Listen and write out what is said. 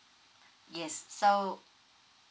yes so